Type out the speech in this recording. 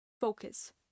focus